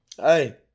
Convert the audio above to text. Hey